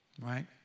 right